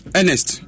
Ernest